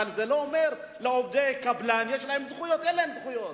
אבל זה לא אומר שלעובדי קבלן יש זכויות או אין להם זכויות.